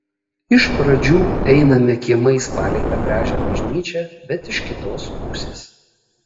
iš pradžių einame kiemais palei tą gražią bažnyčią bet iš kitos pusės